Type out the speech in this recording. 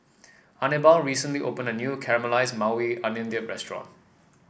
Anibal recently opened a new Caramelized Maui Onion Dip restaurant